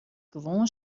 gewoan